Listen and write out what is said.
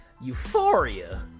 Euphoria